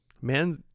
Man